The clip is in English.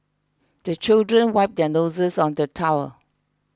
the children wipe their noses on the towel